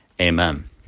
Amen